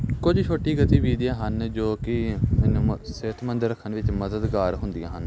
ਕੁਝ ਛੋਟੀ ਗਤੀਵਿਧੀਆਂ ਹਨ ਜੋ ਕਿ ਮੈਨੂੰ ਸਿਹਤਮੰਦ ਰੱਖਣ ਵਿੱਚ ਮਦਦਗਾਰ ਹੁੰਦੀਆਂ ਹਨ